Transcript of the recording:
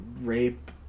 rape